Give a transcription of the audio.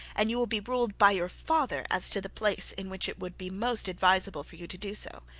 and you will be ruled by your father as to the place in which it will be most advisable for you to do so